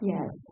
Yes